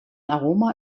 aroma